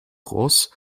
groß